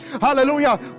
Hallelujah